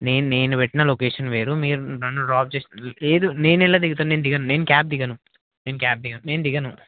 నేను నేను పెట్టిన లొకేషన్ వేరు మీరు నన్ను డ్రాప్ చేస్త లేదు నేనేలా దిగుతాను నేను దిగను నేను క్యాబ్ దిగను నేను క్యాబ్ దిగను నేను దిగను